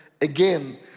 again